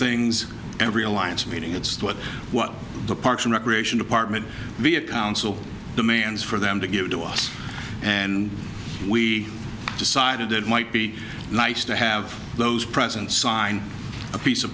things every alliance meeting it's what the parks and recreation department be a council demands for them to give to us and we decided it might be nice to have those presents sign a piece of